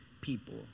people